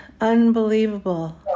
Unbelievable